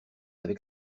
avec